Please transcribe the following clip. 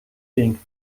think